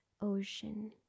ocean